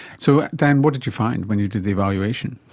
so dan, what did you find when you did the evaluation?